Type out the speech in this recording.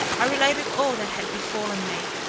i related all that had befallen me,